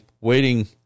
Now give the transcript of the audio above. waiting